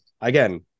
again